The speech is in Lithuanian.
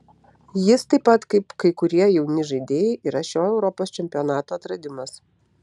jis taip pat kaip kai kurie jauni žaidėjai yra šio europos čempionato atradimas